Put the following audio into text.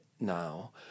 now